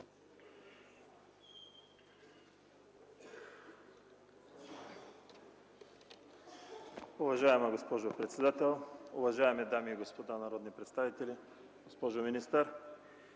Уважаема госпожо председател, уважаеми дами и господа народни представители, госпожо министър!